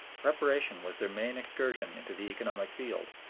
reparation was their main excursion into the economic field,